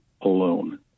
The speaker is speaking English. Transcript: alone